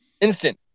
Instant